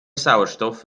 sauerstoff